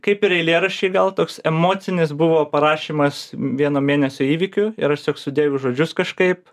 kaip ir eilėraščiai gal toks emocinis buvo parašymas vieno mėnesio įvykių ir aš tiesiog sudėjau į žodžius kažkaip